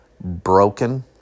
broken